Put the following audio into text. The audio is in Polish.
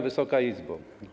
Wysoka Izbo!